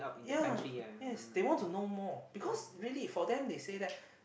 ya yes they want to know more because really for them they say that